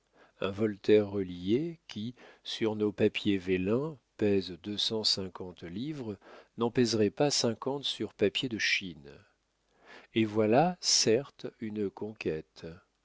un voltaire relié qui sur nos papiers vélins pèse deux cent cinquante livres n'en pèserait pas cinquante sur papier de chine et voilà certes une conquête